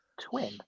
twin